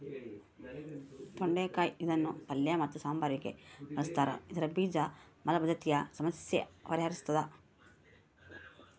ತೊಂಡೆಕಾಯಿ ಇದನ್ನು ಪಲ್ಯ ಮತ್ತು ಸಾಂಬಾರಿಗೆ ಬಳುಸ್ತಾರ ಇದರ ಬೀಜ ಮಲಬದ್ಧತೆಯ ಸಮಸ್ಯೆ ಪರಿಹರಿಸ್ತಾದ